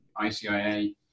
ICIA